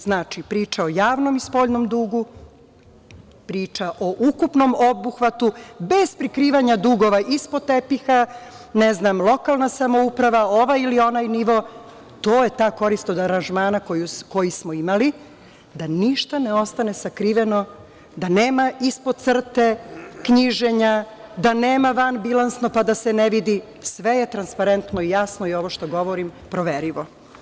Znači, priča o javnom spoljnom dugu, priča o ukupnom obuhvatu, bez prikrivanja dugova ispod tepiha, ne znam, lokalna samouprava, ovaj ili onaj nivo, to je ta korist od aranžmana koji smo imali, da ništa ne ostane sakriveno, da nema ispod crte knjiženja, da nema vanbilansno pa da se ne vidi, sve je transparentno i jasno i ovo što govorim proverljivo.